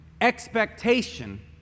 Expectation